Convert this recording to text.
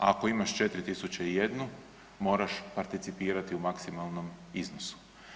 A ako imaš 4001 moraš participirati u maksimalnom iznosu.